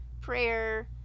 prayer